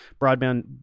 broadband